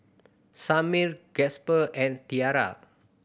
Samir Gasper and Tiara